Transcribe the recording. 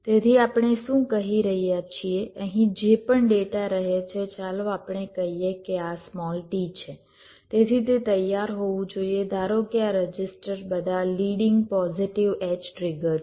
તેથી આપણે શું કહી રહ્યા છીએ અહીં જે પણ ડેટા રહે છે ચાલો આપણે કહીએ કે આ સ્મોલ t છે તેથી તે તૈયાર હોવું જોઈએ ધારો કે આ રજિસ્ટર બધા લિડિંગ પોઝિટિવ એડ્જ ટ્રિગર્ડ છે